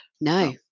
No